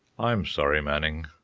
i'm sorry, manning,